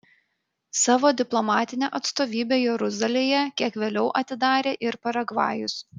savo diplomatinę atstovybę jeruzalėje kiek vėliau atidarė ir paragvajus